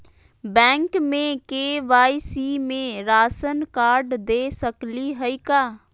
Bank में KYC में राशन कार्ड दे सकली हई का?